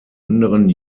anderen